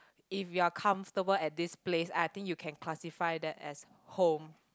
if you're comfortable at this place I think you can classify that as home